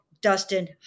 Dustin